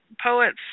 poets